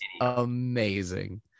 amazing